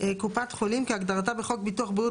"קופת חולים" - כהגדרתה בחוק ביטוח בריאות